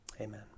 Amen